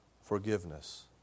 forgiveness